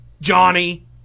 Johnny